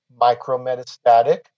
micrometastatic